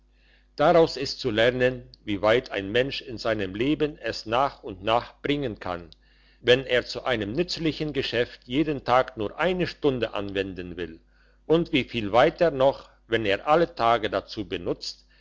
daraus ist zu lernen wie weit ein mensch in seinem leben es nach und nach bringen kann wenn er zu einem nützlichen geschäft jeden tag nur eine stunde anwenden will und wieviel weiter noch wenn er alle tage dazu benutzt